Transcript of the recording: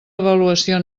avaluació